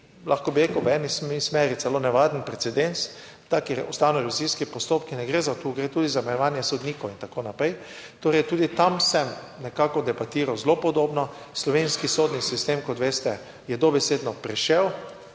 lahko bi rekel, v eni smeri celo nevaren precedens, taki ustavno revizijski postopki, ne gre za to, gre tudi za omejevanje sodnikov in tako naprej. Torej, tudi tam sem nekako debatiral zelo podobno. Slovenski sodni sistem, kot veste, je dobesedno prišel,